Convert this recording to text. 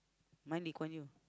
mine Lee Kuan Yew